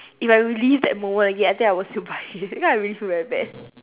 if I relive that moment again I think I will still buy it because I really feel very bad